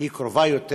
היא קרובה יותר